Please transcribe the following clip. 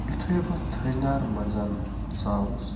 یُتھُے بہٕ تھٔج نارٕ منٛز ژاوُس